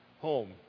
home